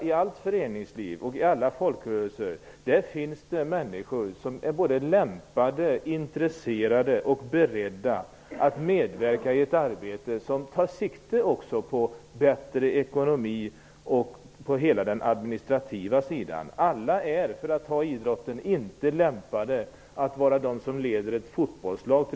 I allt föreningsliv och i alla folkrörelser, Roland Sundgren, finns det människor som är lämpade, intresserade och beredda att medverka i ett arbete som också tar sikte på en bättre ekonomi och på hela den administrativa sidan. Alla är inte, för att ta exempel från idrotten, lämpade att vara de som leder ett fotbollslag.